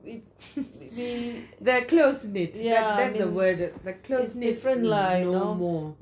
they are close knitted that's the word they're close knitted mm